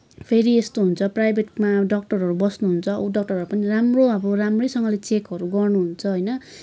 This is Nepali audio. फेरि यस्तो हुन्छ प्राइभेटमा डक्टरहरू बस्नुहुन्छ उ डक्टरहरू पनि राम्रो अब राम्रैसँगले चेकहरू गर्नुहुन्छ होइन